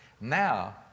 Now